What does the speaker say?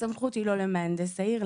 הסמכות היא לא למהנדס העיר,